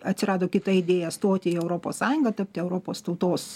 atsirado kita idėja stoti į europos sąjungą tapti europos tautos